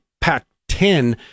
Pac-10